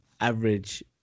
average